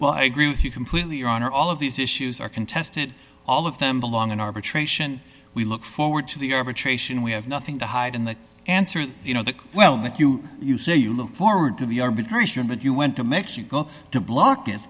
well i agree with you completely your honor all of these issues are contested all of them belong in arbitration we look forward to the arbitration we have nothing to hide and the answer you know that well that you you say you look forward to the arbitration but you went to mexico to block it